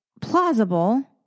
plausible